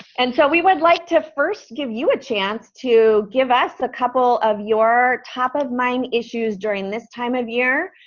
and so we would like to first give you a chance to give us a couple of your top of mind issues during this time of year.